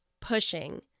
pushing